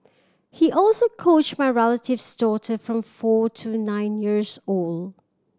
he also coached my relative's daughter from four to nine years old